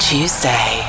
Tuesday